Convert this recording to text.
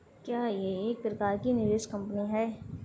क्या यह एक प्रकार की निवेश कंपनी है?